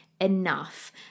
enough